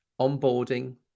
onboarding